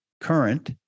current